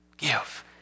Give